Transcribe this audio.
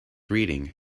reading